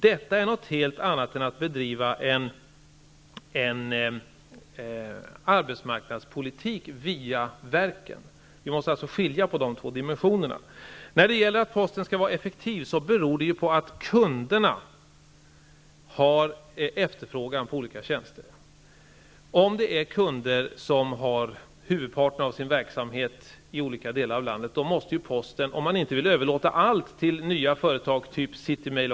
Detta är någonting helt annat än att bedriva en arbetsmarknadspolitik via verken. Vi måste alltså skilja på dessa två dimensioner. När det gäller postens effektivitet rör det sig om kundernas efterfrågan på olika tjänster. Om kunder har huvudparten av sin verksamhet i olika delar av landet, måste ju posten finnas på platserna i fråga, om man inte vill överlåta allt till nya företag som City Mail.